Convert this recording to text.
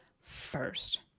first